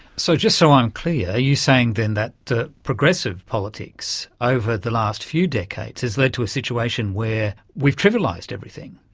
so just so i'm clear, are you saying then that progressive politics over the last few decades has led to a situation where we've trivialised everything.